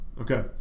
Okay